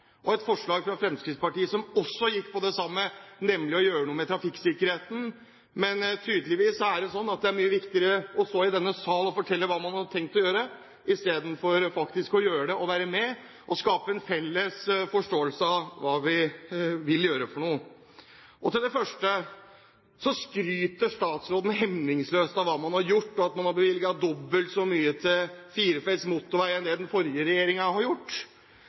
og et forslag fra Fremskrittspartiet gikk på det samme, nemlig å gjøre noe med trafikksikkerheten – at det tydeligvis er mye viktigere å stå i denne sal og fortelle hva man har tenkt å gjøre, enn faktisk å gjøre det og være med og skape en felles forståelse av hva vi vil gjøre. Til det første: Statsråden skryter hemningsløst av hva man har gjort, og av at man har bevilget dobbelt så mye som den forrige regjeringen til firefelts motorvei. Jeg synes ikke det